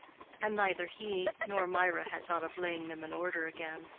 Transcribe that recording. and neither he nor mirah had thought of laying them in order again.